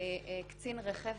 קצין רכב